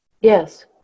Yes